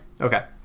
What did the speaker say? Okay